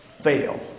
fail